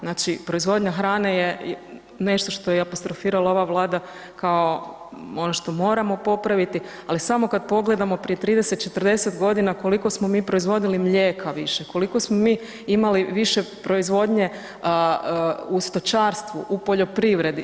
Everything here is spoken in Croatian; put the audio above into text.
Znači proizvodnja hrane je nešto što je i apostrofirala ova Vlada kao ono što moramo popravili, ali samo kad pogledamo prije 30, 40 godina koliko smo mi proizvodili mlijeka više, koliko smo mi imali više proizvodnje u stočarstvu, u poljoprivredi.